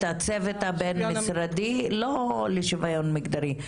את הצוות הבין-משרדי, לא לשוויון מגדרי.